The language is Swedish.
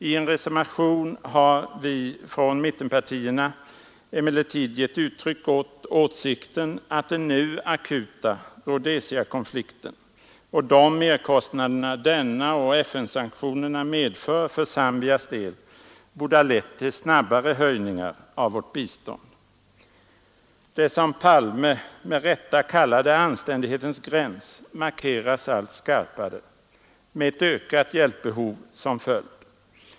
I en reservation har vi från mittenpartierna emellertid gett uttryck åt åsikten att den nu akuta Rhodesia-konflikten och de merkostnader denna och FN-sanktionerna medför för Zambias del borde ha lett till snabbare höjningar av vårt bistånd. Det som herr Palme med rätta kallade anständighetens gräns markeras allt skarpare — med ett ökat hjälpbehov som följd.